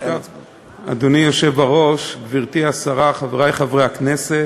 אדוני היושב-ראש, גברתי השרה, חברי חברי הכנסת,